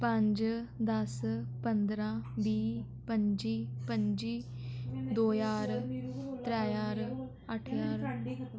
पंज दस पंदरां बीह् पंजी पंजी दो ज्हार त्रै ज्हार अट्ठ ज्हार